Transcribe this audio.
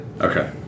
Okay